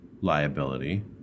Liability